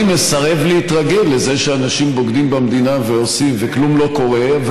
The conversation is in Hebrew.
אני מסרב להתרגל לזה שאנשים בוגדים במדינה וכלום לא קורה.